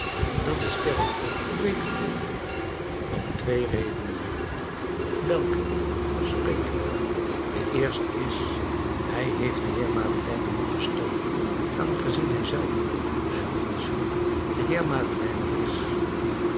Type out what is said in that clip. dat is sterk hoe weet ge dit om twee redenen welke spreek de eerste is hij heeft den heer madeleine niet bestolen aangezien hij zelf jean valjean de heer madeleine is